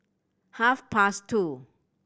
half past two